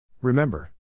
Remember